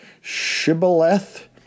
Shibboleth